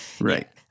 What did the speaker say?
right